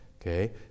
okay